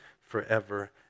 forever